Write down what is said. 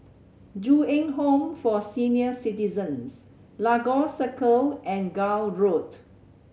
Ju Eng Home for Senior Citizens Lagos Circle and Gul Road